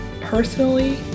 personally